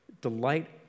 delight